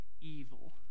evil